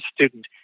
student